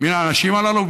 מהאנשים הללו?